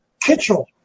Kitchell